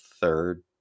third